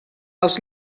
els